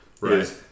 Right